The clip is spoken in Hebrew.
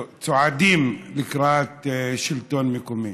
צועדים לקראת שלטון מקומי.